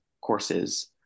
courses